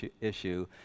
issue